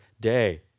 day